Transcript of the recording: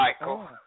Michael